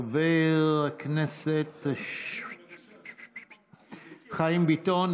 חבר הכנסת חיים ביטון,